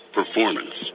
performance